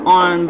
on